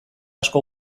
asko